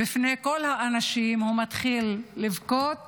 ולפני כל האנשים הוא מתחיל לבכות